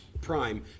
Prime